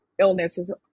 illnesses